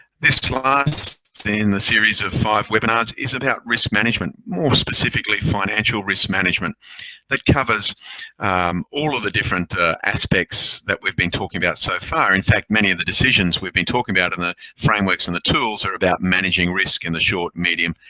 this last in the series of five webinars is about risk management, more specifically financial risk management that covers um all of the different aspects that we've been talking about so far. in fact, many of the decisions we've been talking about in the framework and the tools are about managing risk in the short, medium,